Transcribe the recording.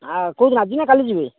ଆ କୋଉ ଦିନ ଆଜି ନା କାଲି ଯିବେ